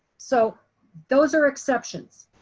so those are exceptions.